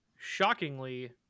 shockingly